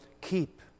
keep